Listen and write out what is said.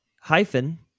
Hyphen